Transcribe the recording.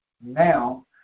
Now